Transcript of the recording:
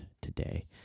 today